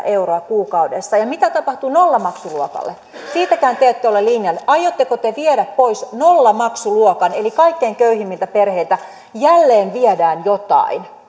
euroa kuukaudessa ja mitä tapahtuu nollamaksuluokalle siitäkään te ette ole linjanneet aiotteko te viedä pois nollamaksuluokan eli kaikkein köyhimmiltä perheiltä jälleen viedä jotain